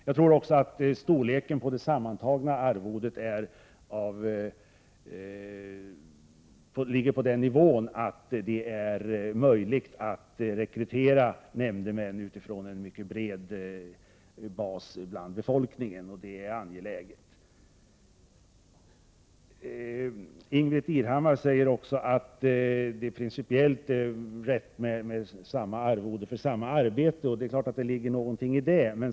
Jag tror också att storleken på det sammantagna arvodet ligger på en sådan nivå att det är möjligt att rekrytera nämndemän på en mycket bred bas i befolkningen, vilket är angeläget. Ingbritt Irhammar sade att det är principiellt riktigt med samma arvode för samma arbete. Det ligger naturligtvis något i detta.